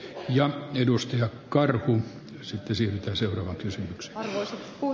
he edustivat karhun sitten siitä arvoisa puhemies